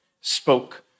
spoke